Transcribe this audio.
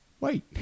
Wait